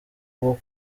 bwo